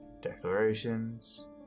declarations